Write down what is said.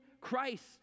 Christ